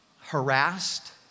harassed